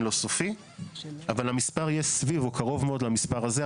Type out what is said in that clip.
לא סופי אבל המספר יהיה סביב או קרוב מאוד למספר הזה,